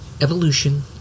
evolution